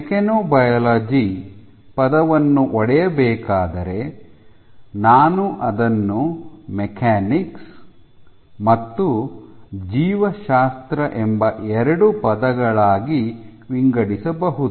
mechanobiology ಪದವನ್ನು ಒಡೆಯಬೇಕಾದರೆ ನಾನು ಅದನ್ನು ಮೆಕ್ಯಾನಿಕ್ಸ್ ಮತ್ತು ಜೀವಶಾಸ್ತ್ರ ಎಂಬ ಎರಡು ಪದಗಳಾಗಿ ವಿಂಗಡಿಸಬಹುದು